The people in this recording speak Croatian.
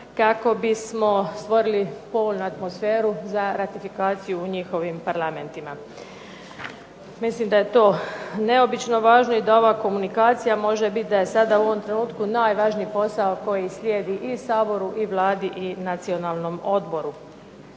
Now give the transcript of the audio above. kako bi smo stvorili povoljnu atmosferu za ratifikaciju u njihovim parlamentima. Mislim da je to neobično važno i da ova komunikacija može biti da je sada u ovom trenutku najvažniji posao koji slijedi i Saboru i Vladi i Nacionalnom odboru.